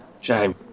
shame